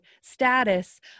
status